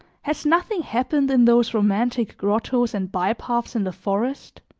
has nothing happened in those romantic grottoes and by-paths in the forest?